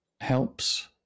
helps